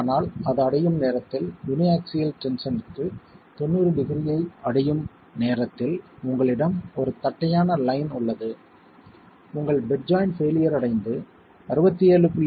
ஆனால் அது அடையும் நேரத்தில் யூனிஆக்சியல் டென்ஷன்ற்கு 90 டிகிரியை அடையும் நேரத்தில் உங்களிடம் ஒரு தட்டையான லைன் உள்ளது உங்கள் பெட் ஜாய்ண்ட் பெயிலியர் அடைந்து 67